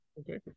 okay